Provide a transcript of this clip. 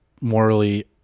morally